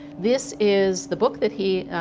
this is the book that he,